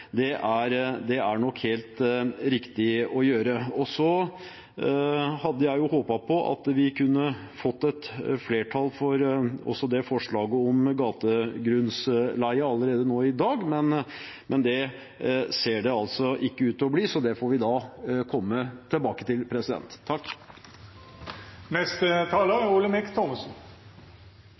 utleiesakene skal fungere, er nok helt riktig. Jeg hadde håpet at vi kunne fått et flertall også for forslaget om gategrunnleie allerede nå i dag, men det ser det altså ikke ut til å bli. Det får vi da komme tilbake til.